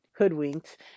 Hoodwinked